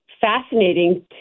fascinating